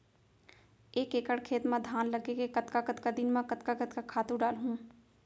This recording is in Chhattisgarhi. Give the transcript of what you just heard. एक एकड़ खेत म धान लगे हे कतका कतका दिन म कतका कतका खातू डालहुँ?